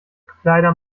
kleider